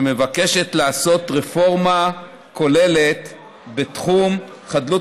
שמבקשת לעשות רפורמה כוללת בתחום חדלות